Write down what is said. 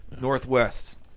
Northwest